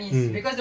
mm